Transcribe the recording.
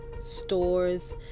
stores